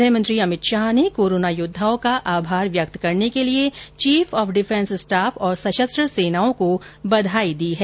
गृह मंत्री अमित शाह ने कोरोना योद्वाओं का आभार व्यक्त करने के लिए चीफ ऑफ डिफेंस स्टाफ और सशस्त्र सेनाओं को बधाई दी है